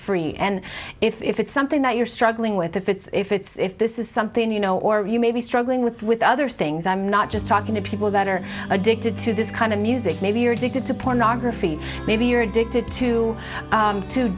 free and if it's something that you're struggling with if it's if it's if this is something you know or you may be struggling with with other things i'm not just talking to people that are addicted to this kind of music maybe you're addicted to pornography maybe you're addicted to